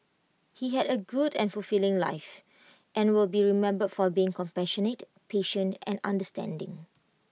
he had A very good and fulfilling life and will be remembered for being compassionate patient and understanding